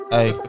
Hey